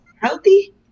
healthy